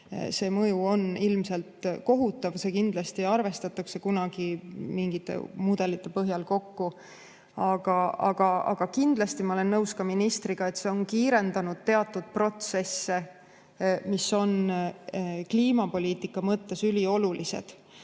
See mõju on ilmselt kohutav, see kindlasti arvestatakse kunagi mingite mudelite põhjal välja. Aga ma olen kindlasti nõus ka ministriga, et see on kiirendanud teatud protsesse, mis on kliimapoliitika mõttes üliolulised. Ma